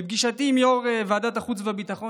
בפגישתי עם יו"ר ועדת החוץ והביטחון